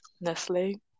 Nestle